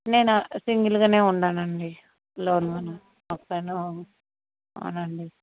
నేను సింగల్గా ఉన్నాను అండి అలోన్గా వస్తాను అవునండి